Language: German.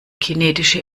kinetische